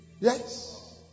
Yes